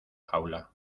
jaula